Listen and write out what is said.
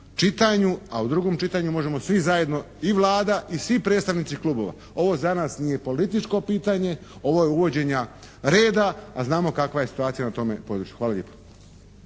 a u drugom čitanju možemo svi zajedno i Vlada i svi predstavnici klubova. Ovo za nas nije političko pitanje, ovo je uvođenja reda, a znamo kakva je situacija na tome području. Hvala lijepa.